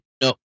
No